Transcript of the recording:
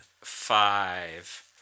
five